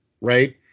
right